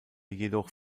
jedoch